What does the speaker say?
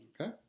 Okay